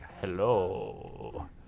hello